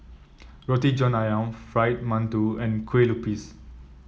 Roti John ayam Fried Mantou and Kueh Lupis